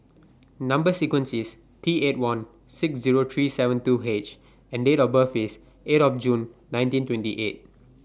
Number sequence IS T eight one six Zero three seven two H and Date of birth IS eight of June nineteen twenty eight